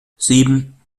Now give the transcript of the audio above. sieben